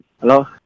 Hello